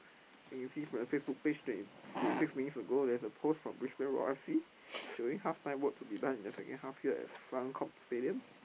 I can see from your Facebook page twenty twenty six minutes ago there's a post Brisbane-Roar F_C showing halftime work to be done in the second half at Suncorp-Stadium